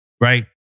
Right